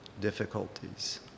difficulties